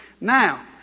Now